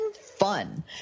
fun